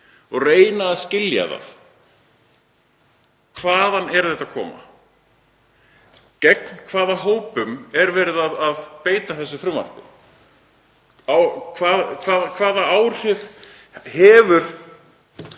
og reyna að skilja það. Hvaðan er þetta að koma? Gegn hvaða hópum er verið að beita þessu frumvarpi? Hvaða áhrif hefur